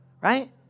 right